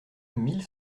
mille